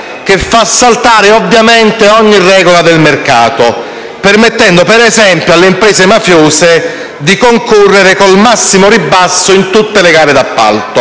che fa saltare ovviamente ogni regola del mercato, permettendo, ad esempio, alle imprese mafiose di concorrere con il massimo ribasso in tutte le gare d'appalto.